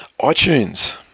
iTunes